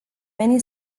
many